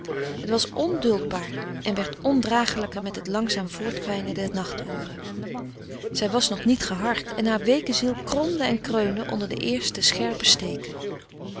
het was onduldbaar en werd ondragelijker met het langzaam voortkwijnen der nacht uren zij was nog niet gehard en haar weeke ziel kromde en kreunde onder de eerste scherpe steken